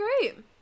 great